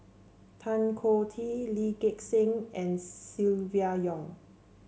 Tan Choh Tee Lee Gek Seng and Silvia Yong